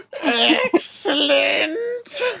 Excellent